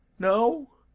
no!